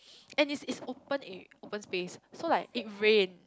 and it's it's open air open space so like it rained